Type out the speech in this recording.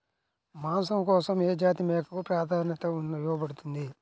మాంసం కోసం ఏ జాతి మేకకు ప్రాధాన్యత ఇవ్వబడుతుంది?